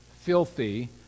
filthy